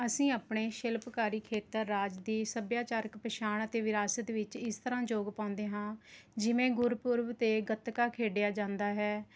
ਅਸੀਂ ਆਪਣੇ ਸ਼ਿਲਪਕਾਰੀ ਖੇਤਰ ਰਾਜ ਦੀ ਸੱਭਿਆਚਾਰਕ ਪਛਾਣ ਅਤੇ ਵਿਰਾਸਤ ਵਿੱਚ ਇਸ ਤਰ੍ਹਾਂ ਯੋਗ ਪਾਉਂਦੇ ਹਾਂ ਜਿਵੇਂ ਗੁਰਪੁਰਬ 'ਤੇ ਗੱਤਕਾ ਖੇਡਿਆ ਜਾਂਦਾ ਹੈ